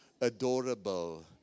adorable